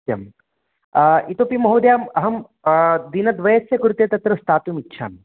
सत्यं इतोपि महोदये अहं दिनद्वयस्य कृते तत्र स्थातुमिच्छामि